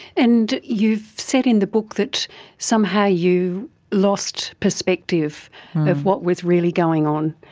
and you've said in the book that somehow you lost perspective of what was really going on.